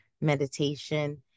meditation